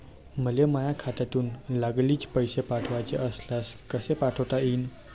मले माह्या खात्यातून लागलीच पैसे पाठवाचे असल्यास कसे पाठोता यीन?